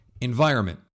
environment